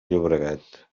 llobregat